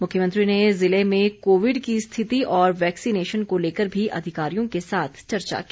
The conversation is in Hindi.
मुख्यमंत्री ने जिले में कोविड की स्थिति और वैक्सीनेशन को लेकर भी अधिकारियों के साथ चर्चा की